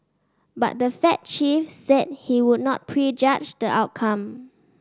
but the Fed chief said he would not prejudge the outcome